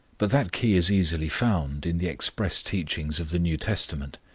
but that key is easily found in the express teachings of the new testament.